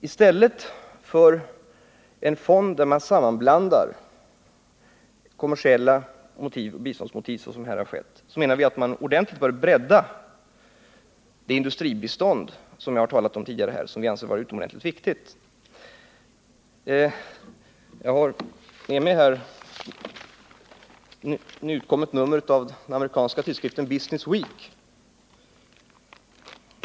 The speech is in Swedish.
I stället för en fond där man sammanblandar kommersiella motiv och biståndsmotiv, som här har skett, menar vi att man ordentligt bör bredda det industribistånd som jag har talat om tidigare och som vi anser vara utomordentligt viktigt. Jag har med mig ett nyutkommet nummer av den amerikanska tidskriften Business Week.